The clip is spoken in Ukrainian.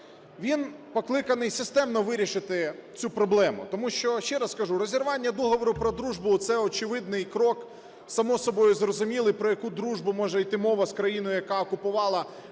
Він покликаний системно вирішити цю проблему. Тому що, ще раз кажу, розірвання договору про дружбу – це очевидний крок, само собою зрозумілий. Про яку дружбу може іти мова з країною, яка окупувала наші